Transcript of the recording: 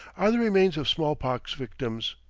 are the remains of small-pox victims.